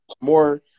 more